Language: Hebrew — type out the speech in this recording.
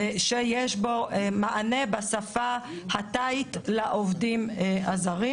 שיש בו מענה בשפה התאית לעובדים הזרים.